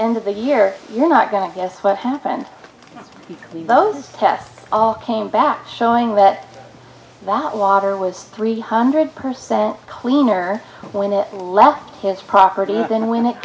end of the year you're not going to guess what happened we those tests all came back showing that water was three hundred percent cleaner when it left his property than when it